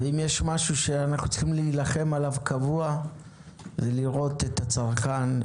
אם יש משהו שאנו צריכים להילחם עליו קבוע זה לראות את הצרכן,